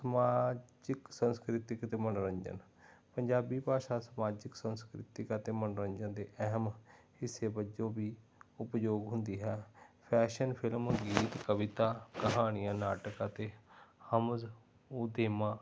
ਸਮਾਜਿਕ ਸੰਸਕ੍ਰਿਤਕ ਅਤੇ ਮਨੋਰੰਜਨ ਪੰਜਾਬੀ ਭਾਸ਼ਾ ਸਮਾਜਿਕ ਸੰਸਕ੍ਰਿਤਕ ਅਤੇ ਮਨੋਰੰਜਨ ਦੇ ਅਹਿਮ ਹਿੱਸੇ ਵਜੋਂ ਵੀ ਉਪਯੋਗ ਹੁੰਦੀ ਹੈ ਫੈਸ਼ਨ ਫਿਲਮ ਦੀ ਕਵਿਤਾ ਕਹਾਣੀਆਂ ਨਾਟਕ ਅਤੇ ਹਮਜ ਉਹਤੇਮਾ